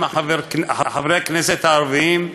חברי הכנסת הערבים,